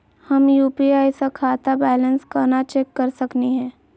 हम यू.पी.आई स खाता बैलेंस कना चेक कर सकनी हे?